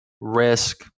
risk